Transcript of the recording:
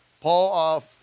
Paul